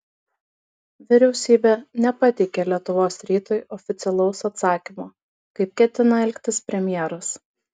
vyriausybė nepateikė lietuvos rytui oficialaus atsakymo kaip ketina elgtis premjeras